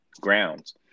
grounds